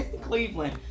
Cleveland